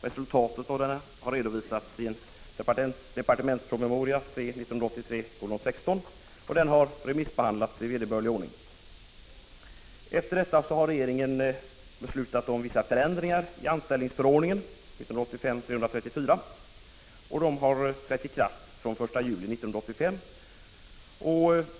Resultatet därav har redovisats i en departementspromemoria, C 1983:16, som har remissbehandlats i vederbörlig ordning. Efter detta har regeringen beslutat om vissa förändringar i anställningsförordningen, 1985:334, som trädde i kraft den 1 juli 1985.